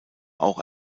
auch